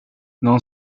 nån